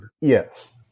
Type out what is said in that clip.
yes